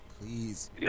please